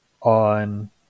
on